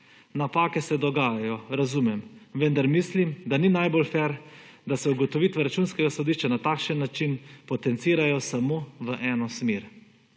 Napake se dogajajo, razumem, vendar mislim, da ni najbolj fer, da se ugotovitve Računskega sodišča na takšen način potencirajo samo v eno smer.